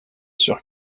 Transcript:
sur